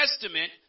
Testament